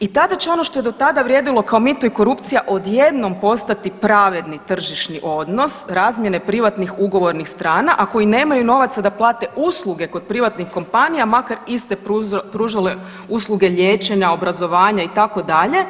I tada će ono što je do tada vrijedilo kao mito i korupcija odjednom postati pravedni tržišni odnos razmjene privatnih ugovornih strana a koji nemaju novaca da plate usluge kod privatnih kompanija makar iste pružale usluge liječenja, obrazovanja itd.